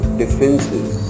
defenses